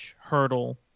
Hurdle